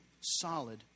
solid